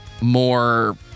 more